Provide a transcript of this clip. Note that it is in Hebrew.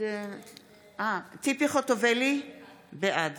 ציפי חוטובלי, בעד